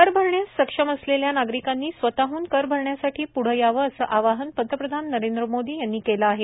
कर भरण्यास सक्षम असलेल्या नागरिकांनी स्वतहन कर भरण्यासाठी प्ढे यावं असं आवाहन पंतप्रधान नरेंद्र मोदी यांनी केलं आहे